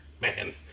man